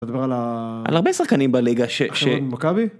אתה מדבר על, על הרבה שחקנים בליגה של החברה ממכבי.